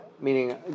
meaning